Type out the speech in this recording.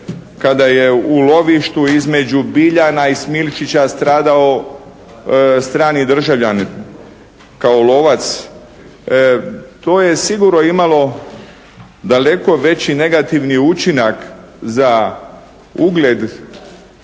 Kada je u lovištu između Biljana i Smilčića stradao strani državljanin kao lovac, to je sigurno imalo daleko veći negativni učinak za ugled